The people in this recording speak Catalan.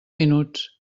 minuts